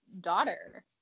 daughter